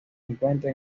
encuentra